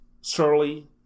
surly